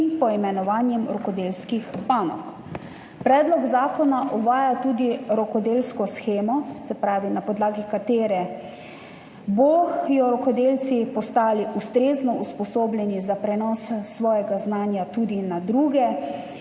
in poimenovanje rokodelskih panog. Predlog zakona uvaja tudi rokodelsko shemo, na podlagi katere bodo rokodelci postali ustrezno usposobljeni za prenos svojega znanja tudi na druge.